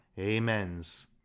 amens